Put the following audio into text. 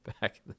back